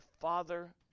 father